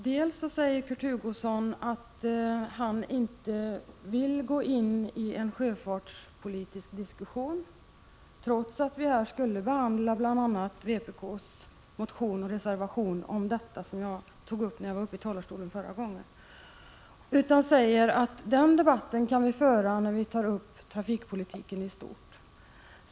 Kurt Hugosson säger att han inte vill gå in i en sjöfartspolitisk diskussion, trots att vi här skulle behandla bl.a. vpk:s motion och reservation om det som jag tog upp förra gången jag var uppe i talarstolen. Han säger att den debatten kan föras när vi tar upp trafikpolitiken i stort.